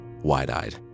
wide-eyed